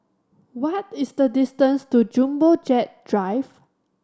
what is the distance to Jumbo Jet Drive